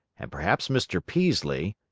and perhaps mr. peaslee,